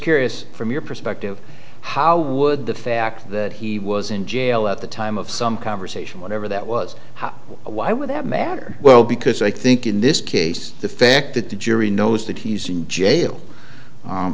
curious from your perspective how would the fact that he was in jail at the time of some conversation whatever that was why would that matter well because i think in this case the fact that the jury knows that he's in jail